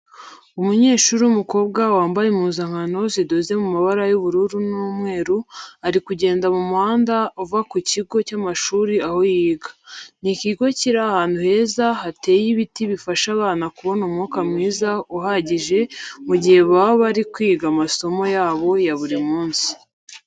Umunyeshuri w'umukobwa wambaye impuzankano zidoze mu mabara y'ubururu n'umweru, ari kugenda mu muhanda uva ku kigo cy'amashuri aho yiga. Ni ikigo kiri ahantu heza hateye ibiti bifasha abana kubona umwuka mwiza uhagije mu gihe baba bari kwiga amasomo yabo ya buri munsi.